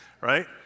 Right